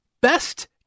Best